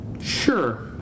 Sure